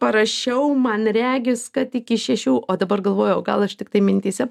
parašiau man regis kad iki šešių o dabar galvoju o gal aš tiktai mintyse